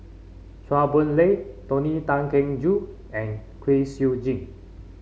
Chua Boon Lay Tony Tan Keng Joo and Kwek Siew Jin